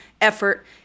effort